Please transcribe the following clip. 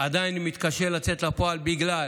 עדיין מתקשה לצאת לפועל, בגלל